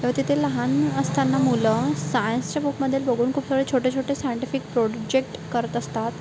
तर तिथे लहान असताना मुलं सायन्सच्या बुकमध्ये बघून खूप सारे छोटेछोटे सायंटिफिक प्रोजेक्ट करत असतात